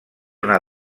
una